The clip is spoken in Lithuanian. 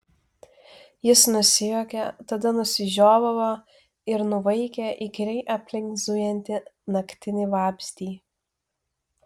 jis nusijuokė tada nusižiovavo ir nuvaikė įkyriai aplink zujantį naktinį vabzdį